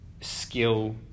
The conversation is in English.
skill